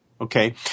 Okay